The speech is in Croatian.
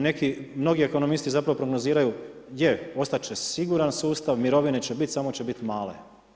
Neki, mnogi ekonomisti zapravo prognoziraju, je ostati će siguran sustav, mirovine će biti samo će biti male.